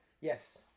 Yes